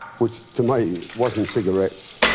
which to me wasn't cigarettes.